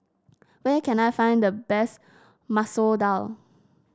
where can I find the best Masoor Dal